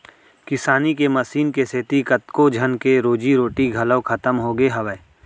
किसानी के मसीन के सेती कतको झन के रोजी रोटी घलौ खतम होगे हावय